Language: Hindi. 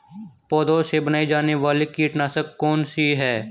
पौधों से बनाई जाने वाली कीटनाशक कौन सी है?